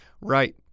Right